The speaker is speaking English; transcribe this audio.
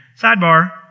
Sidebar